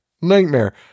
Nightmare